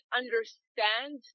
understand